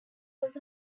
was